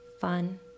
fun